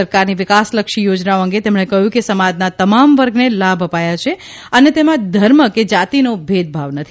સરકારની વિકાસલક્ષી યોજનાઓ અંગે તેમણે કહયું કે સમાજના તમામ વર્ગને લાભ અપાયા છે અને તેમાં ધર્મ કે જાતીનો ભેદભાવ નથી